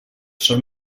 són